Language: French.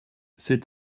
c’est